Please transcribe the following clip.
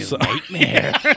nightmare